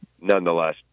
nonetheless